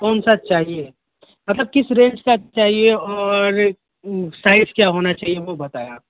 کون سا چاہیے مطلب کس رینج کا چاہیے اور سائز کیا ہونا چاہیے وہ بتائیں آپ